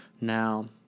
Now